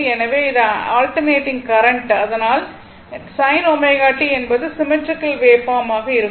எனவே இது alternating current அதனால் sin ω t என்பது சிமெட்ரிக்கல் வேவ்பார்ம் ஆக இருக்கும்